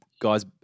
Guys